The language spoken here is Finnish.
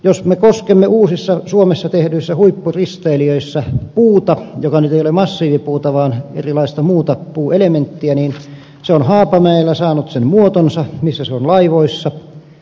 jos me kosketamme uusissa suomessa tehdyissä huippuristeilijöissä puuta joka nyt ei ole massiivipuuta vaan erilaista muuta puuelementtiä niin se on haapamäellä saanut sen muotonsa missä se on laivoissa